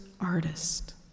artist